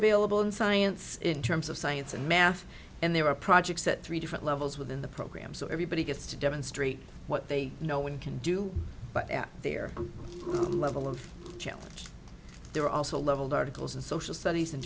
available in science in terms of science and math and there are projects at three different levels within the program so everybody gets to demonstrate what they know one can do but at their level of challenge there are also leveled articles and social studies